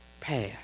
path